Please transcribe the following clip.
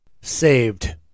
saved